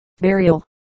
Burial